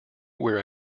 where